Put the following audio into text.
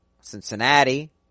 Cincinnati